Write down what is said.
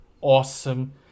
awesome